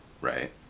right